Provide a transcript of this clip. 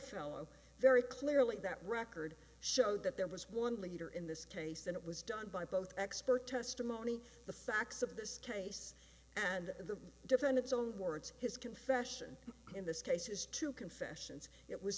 fellow very clearly that record showed that there was one leader in this case and it was done by both expert testimony the facts of this case and the defendant's own words his confession in this case is to confessions it was